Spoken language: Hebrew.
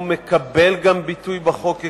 הוא מקבל גם ביטוי בחוק ככזה,